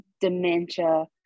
dementia